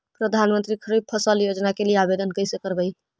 प्रधानमंत्री खारिफ फ़सल योजना के लिए आवेदन कैसे करबइ?